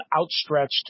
outstretched